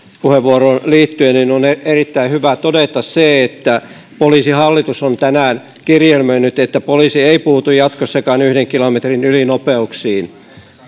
puheenvuoroon liittyen on erittäin hyvä todeta se että poliisihallitus on tänään kirjelmöinyt että poliisi ei puutu jatkossakaan yhden kilometrin ylinopeuksiin